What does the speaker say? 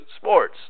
sports